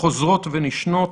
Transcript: שחוזרות ונשנות